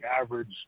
average